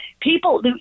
people